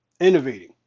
innovating